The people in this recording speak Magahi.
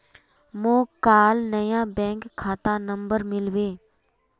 मोक काल नया बैंक खाता नंबर मिलबे